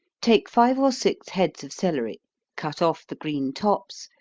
take five or six heads of celery cut off the green tops,